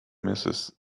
mrs